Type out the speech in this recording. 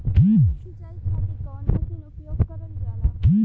चना के सिंचाई खाती कवन मसीन उपयोग करल जाला?